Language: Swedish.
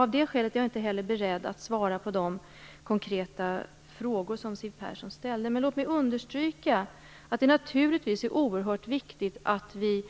Av det skälet är jag inte heller beredd att svara på de konkreta frågor som Siw Persson ställde. Låt mig dock understryka att det naturligtvis är oerhört viktigt att vi,